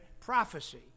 prophecy